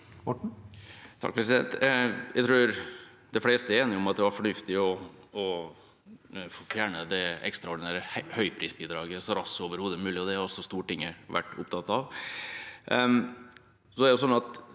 Jeg tror de fleste er eni- ge om at det var fornuftig å fjerne det ekstraordinære høyprisbidraget så raskt som overhodet mulig, og det har også Stortinget vært opptatt av.